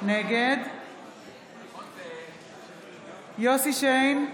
נגד יוסף שיין,